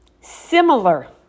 similar